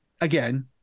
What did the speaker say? again